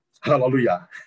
Hallelujah